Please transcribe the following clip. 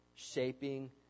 Shaping